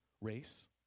race